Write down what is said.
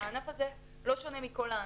והענף הזה לא שונה מכל הענפים.